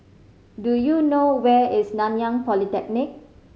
do you know where is Nanyang Polytechnic